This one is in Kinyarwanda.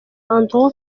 andrew